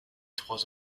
trois